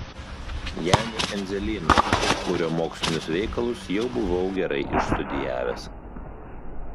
janiu endzelynu kurio mokslinius veikalus jau buvau gerai išstudijavęs